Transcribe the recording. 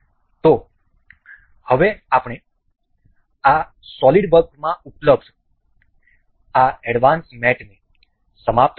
તેથી હવે આપણે આ સોલિડવર્કમાં ઉપલબ્ધ આ એડવાન્સ મેટને સમાપ્ત કર્યું છે